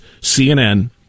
CNN